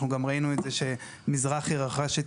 אנחנו גם ראינו את זה שמזרחי רכש את